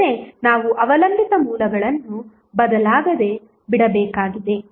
ಆದರೆ ನಾವು ಅವಲಂಬಿತ ಮೂಲಗಳನ್ನು ಬದಲಾಗದೆ ಬಿಡಬೇಕಾಗಿದೆ